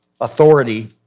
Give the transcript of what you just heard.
authority